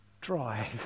dry